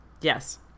Yes